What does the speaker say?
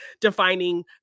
defining